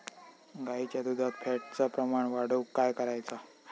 गाईच्या दुधात फॅटचा प्रमाण वाढवुक काय करायचा?